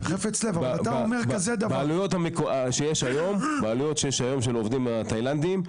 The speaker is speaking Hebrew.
בעלויות שיש היום של העובדים התאילנדים,